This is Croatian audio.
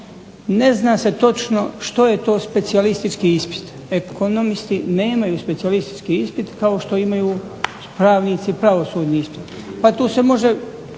Ne zna se točno što je to specijalistički ispit. Ekonomisti nemaju specijalistički ispit kao što imaju pravnici pravosudni ispit, pa tu se može